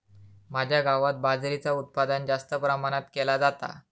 माझ्या गावात बाजरीचा उत्पादन जास्त प्रमाणात केला जाता